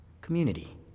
Community